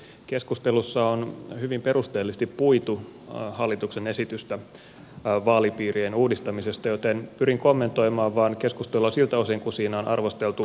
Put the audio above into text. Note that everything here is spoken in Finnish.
keskustelussa on hyvin perusteellisesti puitu hallituksen esitystä vaalipiirien uudistamisesta joten pyrin kommentoimaan keskustelua vain siltä osin kuin siinä on arvosteltu vihreiden toimintaa